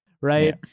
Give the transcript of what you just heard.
right